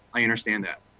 i understand that,